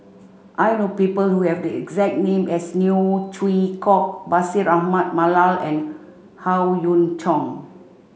I know people who have the exact name as Neo Chwee Kok Bashir Ahmad Mallal and Howe Yoon Chong